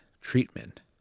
treatment